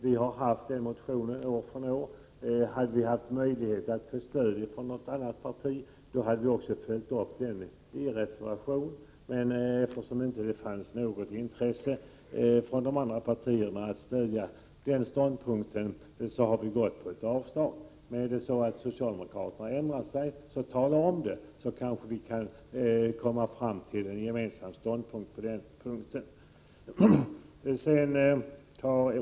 Vi har återkommit med det förslaget år efter år, och hade vi fått stöd från något annat parti hade vi följt upp frågan i en reservation. Men eftersom det inte fanns något intresse från de andra partierna att stödja den ståndpunkten har det blivit avslag. Men ändrar sig socialdemokraterna, tala då om det, så kan vi kanske komma fram till en gemensam ståndpunkt i den frågan.